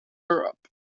europe